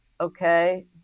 okay